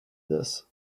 this